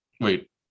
Wait